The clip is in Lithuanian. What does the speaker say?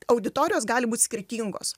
auditorijos gali būt skirtingos